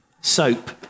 Soap